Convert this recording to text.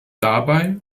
dabei